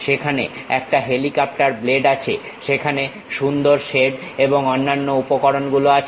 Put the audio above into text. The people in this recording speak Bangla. সেখানে একটা হেলিকপ্টার ব্লেড আছে সেখানে সুন্দর শেড এবং অন্যান্য উপকরণগুলো আছে